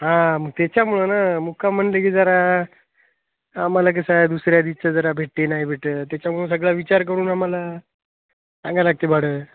हां मग त्याच्यामुळं ना मुक्काम म्हणलं की जरा आम्हाला कसं आहे दुसऱ्या दिवसाचं जरा भेटते नाही भेटते त्याच्यामुळं सगळा विचार करून आम्हाला सांगावे लागते भाडं